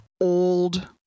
old